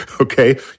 okay